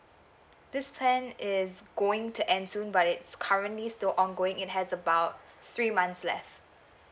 this plan is going to end soon but it's currently still ongoing it has about three months left